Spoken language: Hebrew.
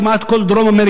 כמעט כל דרום-אמריקה,